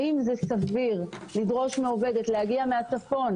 האם זה סביר לדרוש מעובדת להגיע מהצפון